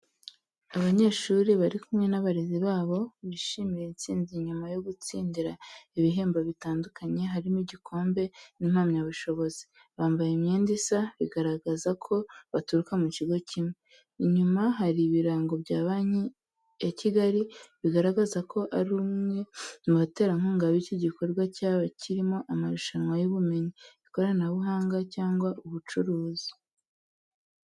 Abanyeshuri bari kumwe n’abarezi babo bishimira intsinzi nyuma yo gutsindira ibihembo bitandukanye, harimo igikombe n'impamyabushobozi. Bambaye imyenda isa, bigaragaza ko baturuka mu kigo kimwe. Inyuma hari ibirango bya Banki ya Kigali, bigaragaza ko ari umwe mu baterankunga b’iki gikorwa cyaba cyarimo amarushanwa y’ubumenyi, ikoranabuhanga cyangwa ubucuruzi.